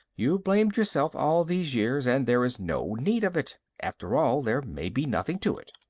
you've blamed yourself all these years and there is no need of it. after all, there may be nothing to it.